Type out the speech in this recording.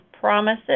promises